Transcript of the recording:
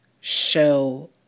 show